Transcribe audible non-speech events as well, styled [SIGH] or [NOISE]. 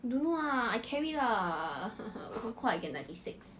don't know lah I carry lah [LAUGHS] cause I get ninety six